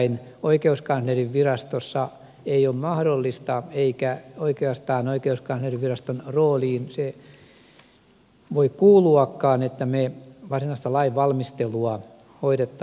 oikeuskanslerinvirastossa ei ole mahdollista eikä oikeastaan oikeuskanslerinviraston rooliin voi kuuluakaan että me varsinaista lainvalmistelua hoitaisimme virastossamme